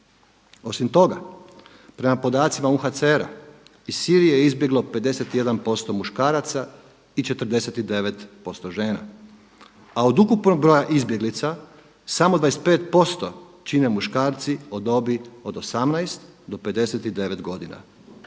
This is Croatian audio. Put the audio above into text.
Osim toga prema podacima UNHCR-a iz Sirije je izbjeglo 51% muškaraca i 49% žena. A od ukupnog broja izbjeglica samo 25% čine muškarci od dobi od 18 do 59 godina,